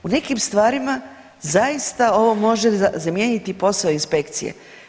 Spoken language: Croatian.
U nekim stvarima zaista ovo može zamijeniti posao inspekcije.